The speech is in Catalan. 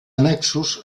annexos